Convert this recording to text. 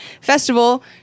festival